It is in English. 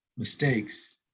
mistakes